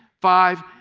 five.